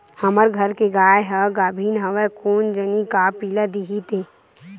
हमर घर के गाय ह गाभिन हवय कोन जनी का पिला दिही ते